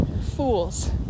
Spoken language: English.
Fools